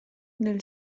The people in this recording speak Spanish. del